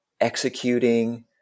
executing